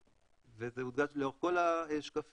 וזה הודגש לאורך כל השקפים,